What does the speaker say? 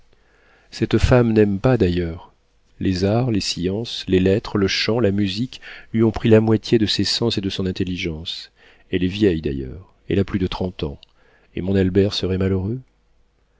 cette femme n'aime pas d'ailleurs les arts les sciences les lettres le chant la musique lui ont pris la moitié de ses sens et de son intelligence elle est vieille d'ailleurs elle a plus de trente ans et mon albert serait malheureux